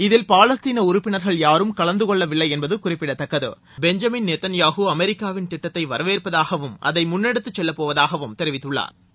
இதில் பாலஸ்தீன உறுப்பினர்கள் யாரும் கலந்துகொள்ள வில்லை என்பது குறிப்பிடத்தக்கது பெஞ்சமின் நேத்தன் யாகூ அமெரிக்காவின் திட்டத்தை வரவேற்பதாகவும் அதை முன்னெடுத்து செல்லபோவதாகவும் தெரிவித்துள்ளாா்